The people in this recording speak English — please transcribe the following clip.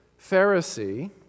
Pharisee